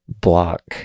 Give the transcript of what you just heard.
block